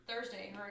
Thursday